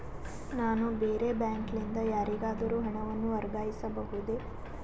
ನಾನು ಬೇರೆ ಬ್ಯಾಂಕ್ ಲಿಂದ ಯಾರಿಗಾದರೂ ಹಣವನ್ನು ವರ್ಗಾಯಿಸಬಹುದೇ?